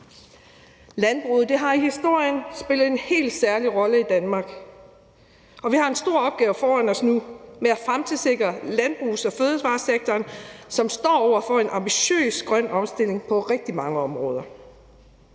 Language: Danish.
Landbruget har i historien spillet en helt særlig rolle i Danmark, og vi har en stor opgave foran os nu med at fremtidssikre landbrugs- og fødevaresektoren, som står over for en ambitiøs grøn omstilling på rigtig mange områder.